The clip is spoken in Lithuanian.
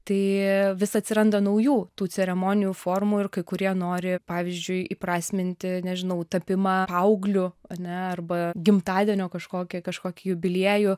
tai vis atsiranda naujų tų ceremonijų formų ir kai kurie nori pavyzdžiui įprasminti nežinau tapimą paaugliu ar ne arba gimtadienio kažkokia kažkokį jubiliejų